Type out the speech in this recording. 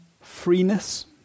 freeness